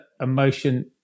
emotion